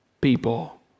people